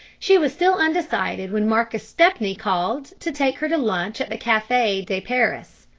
she was still undecided when marcus stepney called to take her to lunch at the cafe de paris.